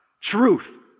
Truth